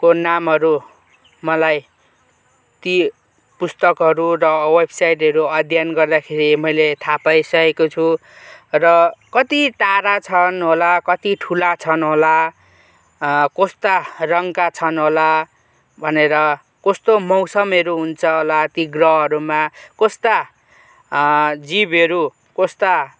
को नामहरू मलाई ती पुस्तकहरू र वेबसाइटहरू अध्ययन गर्दाखेरि मैले थाहा पाइसकेको छु र कति तारा छन् होला कति ठुला छन् होला कस्ता रङ्गका छन् होला भनेर कस्तो मौसमहरू हुन्छ होला ती ग्रहहरूमा कस्ता जीवहरू कस्ता